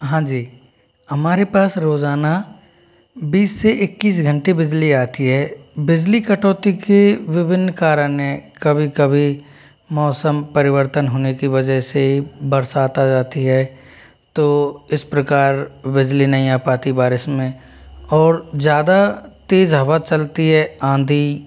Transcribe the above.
हाँ जी हमारे पास रोजाना बीस से इक्कीस घंटे बिजली आती है बिजली कटौती के विभिन्न कारण है कभी कभी मौसम परिवर्तन होने के वजह से बरसात आ जाती है तो इस प्रकार बिजली नहीं आ पाती बारिश में और ज़्यादा तेज हवा चलती है आंधी